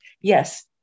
Yes